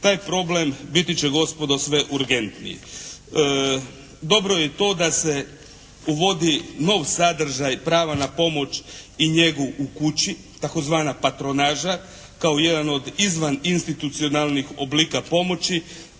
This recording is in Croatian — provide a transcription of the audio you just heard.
taj problem biti će gospodo sve urgentniji. Dobro je i to da se uvodi nov sadržaj prava na pomoć i njegu u kući tzv. patronaža kao jedan od izvaninstitucionalnih oblika pomoći,